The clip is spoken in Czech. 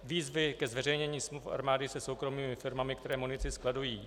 Výzvy ke zveřejnění smluv armády se soukromými firmami, které munici skladují.